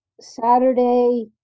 Saturday